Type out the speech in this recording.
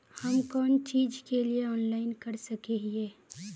हम कोन चीज के लिए ऑनलाइन कर सके हिये?